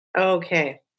Okay